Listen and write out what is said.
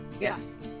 yes